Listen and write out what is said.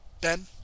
Ben